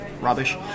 rubbish